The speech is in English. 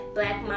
Black